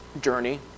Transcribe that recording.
journey